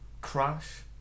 Crash